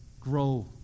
Grow